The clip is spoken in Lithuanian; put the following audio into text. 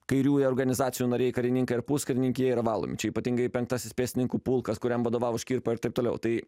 kairiųjų organizacijų nariai karininkai ar puskarininkiai jie yra valomi čia ypatingai penktasis pėstininkų pulkas kuriam vadovavo škirpa ir taip toliau tai